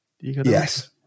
yes